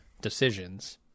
decisions